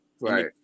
Right